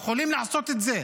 יכולים לעשות את זה.